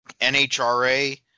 NHRA